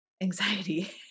anxiety